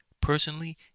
personally